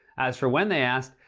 as for when they asked,